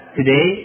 today